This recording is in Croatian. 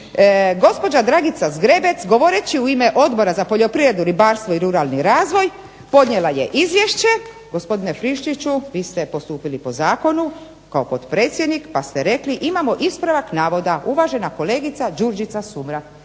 gospođa Dragica Zgrebec govoreći u ime Odbora za poljoprivredu, ribarstvo i ruralni razvoj podnijela je izvješće, gospodine Friščiću, vi ste postupili po zakonu kao potpredsjednik pa ste rekli imamo ispravak navoda uvažena kolegica Đurđica Sumrak.